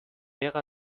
ära